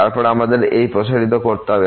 তারপর আমাদের এই প্রসারিত করতে হবে